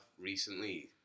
recently